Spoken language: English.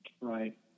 Right